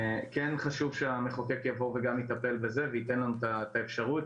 כן חשוב שהמחוקק יבוא וגם יטפל בזה וייתן לנו את האפשרות.